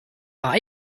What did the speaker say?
are